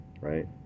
right